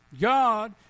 God